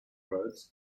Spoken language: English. roads